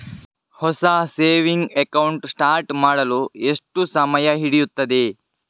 ಹೊಸ saving account start ಮಾಡಲು ಎಷ್ಟು ಸಮಯ ಹಿಡಿಯುತ್ತದೆ?